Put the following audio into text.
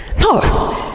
No